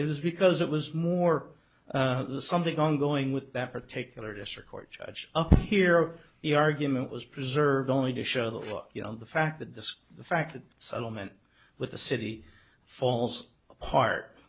is because it was more something ongoing with that particular district court judge up here the argument was preserved only to show that you know the fact that this the fact that settlement with the city falls apart